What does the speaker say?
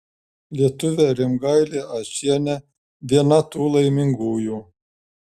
lietuvė rimgailė ačienė viena tų laimingųjų